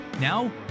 Now